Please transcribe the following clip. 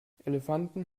elefanten